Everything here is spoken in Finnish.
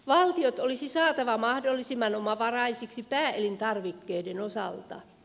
valtiot olisi saatava mahdollisimman omavaraisiksi pääelintarvikkeiden osalta